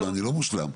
אני לא מושלם.